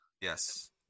yes